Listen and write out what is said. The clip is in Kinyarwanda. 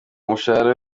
umushahara